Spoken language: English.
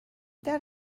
that